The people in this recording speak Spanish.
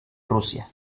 rusia